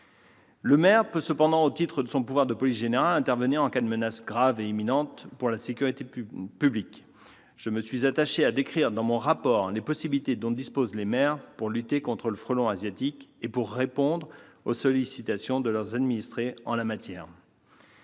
au préfet. Cependant, au titre de son pouvoir de police générale, le maire peut intervenir en cas de menace grave et imminente pour la sécurité publique. Je me suis attaché à décrire dans mon rapport les possibilités dont disposent les maires pour lutter contre le frelon asiatique et pour répondre aux sollicitations de leurs administrés en la matière.